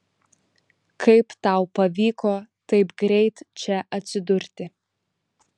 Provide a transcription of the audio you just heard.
kaip tau pavyko taip greit čia atsidurti